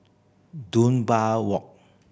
Dunbar Walk